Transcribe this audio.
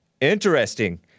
interesting